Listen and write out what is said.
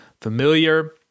familiar